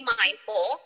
mindful